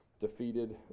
defeated